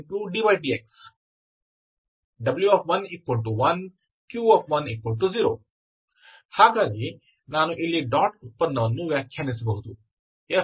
ddx w11 q10 ಹಾಗಾಗಿ ನಾನು ಇಲ್ಲಿ ಡಾಟ್ ಉತ್ಪನ್ನವನ್ನು ವ್ಯಾಖ್ಯಾನಿಸಬಹುದು